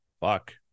fuck